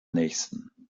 nähesten